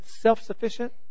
self-sufficient